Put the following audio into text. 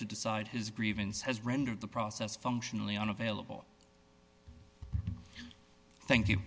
to decide his grievance has rendered the process functionally unavailable thank you